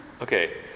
Okay